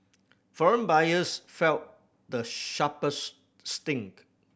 foreign buyers felt the sharpest sting